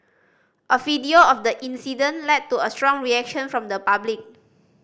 a video of the incident led to a strong reaction from the public